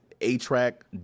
A-Track